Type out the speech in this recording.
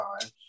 time